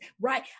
Right